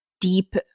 deep